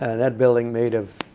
and that building made of